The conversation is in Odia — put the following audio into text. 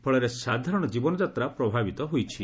ଫଳରେ ସାଧାରଣ ଜୀବନଯାତ୍ରା ପ୍ରଭାବିତ ହୋଇଛି